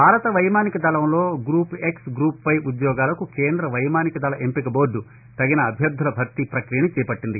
భారతవైమానిక దళంలో group X group Y ఉద్యోగాలకు కేంద్రవైమానిక దళ ఎంపిక బోర్డు తగిన అభ్యర్దుల భర్తీ ప్రక్రియను చేపట్టింది